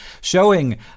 showing